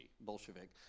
Bolshevik